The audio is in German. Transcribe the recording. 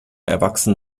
erwachsen